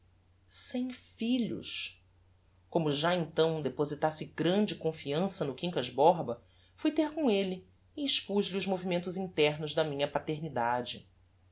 sem filhos como já então depositasse grande confiança no quincas borba fui ter com elle e expuz lhe os movimentos internos da minha paternidade